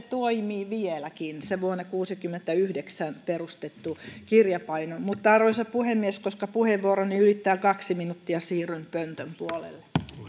toimii vieläkin se vuonna kuusikymmentäyhdeksän perustettu kirjapaino mutta arvoisa puhemies koska puheenvuoroni ylittää kaksi minuuttia siirryn pöntön puolelle